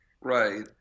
Right